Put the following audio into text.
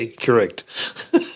correct